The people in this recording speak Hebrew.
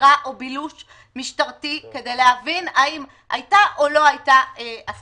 חקירה או בילוש משטרתי כדי להבין האם הייתה הסכמה או לא הייתה הסכמה.